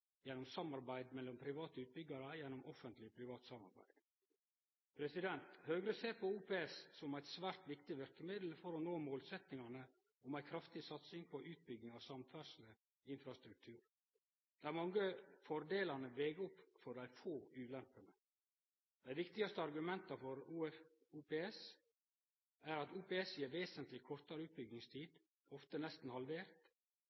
samarbeid med private utbyggjarar gjennom Offentleg Privat Samarbeid. Høgre ser på OPS som eit svært viktig verkemiddel for å nå målsetjingane om ei kraftig satsing på utbygging av samferdsleinfrastruktur. Dei mange fordelane veg opp for dei få ulempene. Dei viktigaste argumenta for OPS er: OPS gjev ei vesentleg kortare utbyggingstid, ofte nesten halvert.